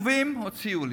יישובים, הוציאו לי,